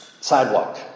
sidewalk